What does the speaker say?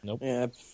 Nope